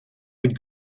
быть